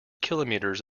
kilometres